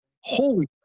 Holy